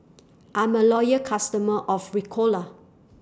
I'm A Loyal customer of Ricola